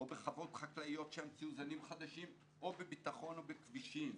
או בחוות חקלאיות כי המציאו זנים חדשים או בביטחון או בכבישים,